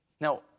Now